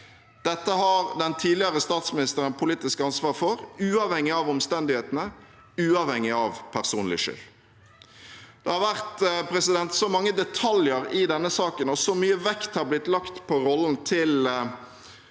Dette har den tidligere statsministeren politisk ansvar for, uavhengig av omstendighetene, uavhengig av personlig skyld. Det har vært så mange detaljer i denne saken og så mye vekt har blitt lagt på rollen til den